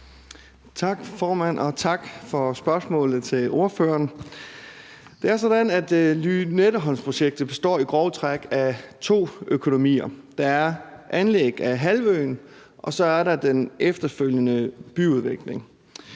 Tak, formand, og tak til ordføreren for spørgsmålet. Det er sådan, at Lynetteholmsprojektet i grove træk består af to økonomier. Der er anlæg af halvøen, og så er der den efterfølgende byudvikling.